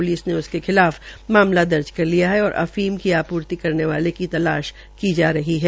police ने उसके खिलाफ मामाला दर्ज कर लिया है और अफीम की आपूर्ति करने वाले तलाश की जा रही है